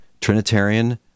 Trinitarian